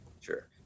Sure